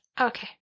Okay